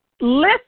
Listen